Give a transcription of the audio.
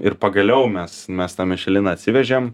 ir pagaliau mes mes tą mišeliną atsivežėm